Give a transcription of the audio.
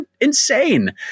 insane